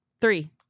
Three